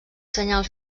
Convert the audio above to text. senyal